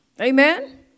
Amen